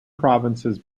provinces